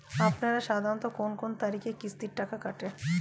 আপনারা সাধারণত কোন কোন তারিখে কিস্তির টাকা কাটে?